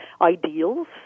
ideals